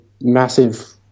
massive